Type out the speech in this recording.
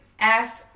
ask